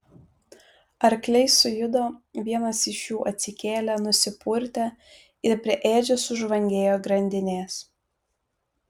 arkliai sujudo vienas iš jų atsikėlė nusipurtė ir prie ėdžių sužvangėjo grandinės